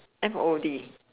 F o o